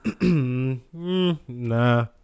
Nah